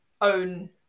own